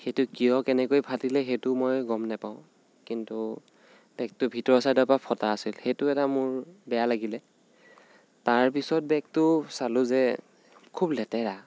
সেইটো কিয় কেনেকৈ ফাটিলে সেইটো মই গম নাপাওঁ কিন্তু বেগটোৰ ভিতৰৰ চাইডৰ পৰা ফটা আছিল সেইটো এটা মোৰ বেয়া লাগিলে তাৰপিছত বেগটো চালোঁ যে খুব লেতেৰা